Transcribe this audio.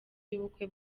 y’ubukwe